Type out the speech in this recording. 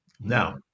Now